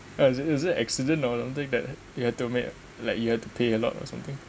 ah is it is it accident or something that you have to make like you have to pay a lot or something